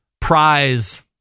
prize